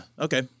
Okay